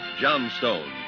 Johnstone